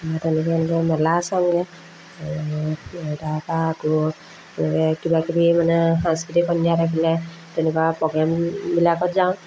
তেনেকৈ এনেকৈ মেলা চাওঁগৈ তাৰপৰা আকৌ কিবাকিবি মানে সাংস্কৃতিক সন্ধিয়া থাকিলে তেনেকুৱা প্ৰগ্ৰেমবিলাকত যাওঁ